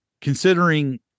considering